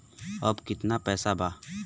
अब कितना पैसा बा?